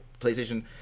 PlayStation